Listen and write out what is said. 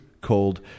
called